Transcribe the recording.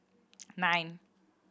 nine